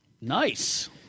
Nice